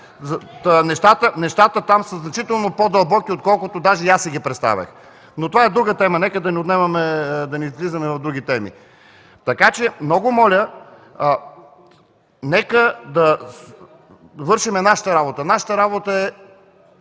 Нещата там са значително по-дълбоки, отколкото даже и аз си ги представях, но това е друга тема, нека да не влизаме в други теми. Много моля нека да вършим нашата работа. Нашата работа е